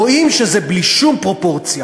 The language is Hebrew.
רואים שזה בלי שום פרופורציה.